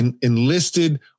enlisted